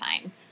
time